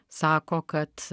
sako kad